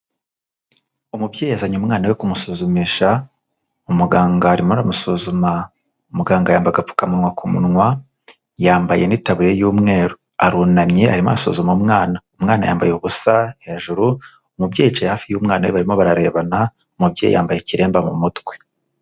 Umubyeyi yazanye umwana we kumusuzumisha, Umuganga arimo aramusuzuma. Umuganga yambaga agapfukamunwa k'umunwa, yambaye n'itaburiye y'umweru. Arunamye arimo asuzuma Umwana, Umwana yambaye ubusa hejuru. Umubyeyi yicaye hafi y'umwana we barimo bararebana, umubyeyi yambaye ikiremba mu mutwe.